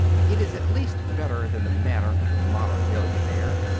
it is at least better than the manner of the modern millionaire,